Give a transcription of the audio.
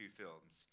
films